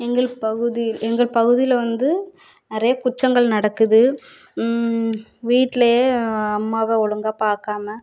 எங்கள் பகுதியில் எங்கள் பகுதியில் வந்து நிறையா குற்றங்கள் நடக்குது வீட்டிலே அம்மாவை ஒழுங்கா பார்க்காம